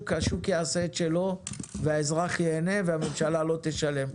השוק יעשה את שלו והאזרח ייהנה והממשלה לא תשלם.